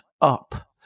up